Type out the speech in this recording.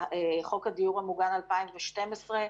הדיור המוגן 2012,